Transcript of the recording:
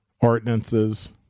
ordinances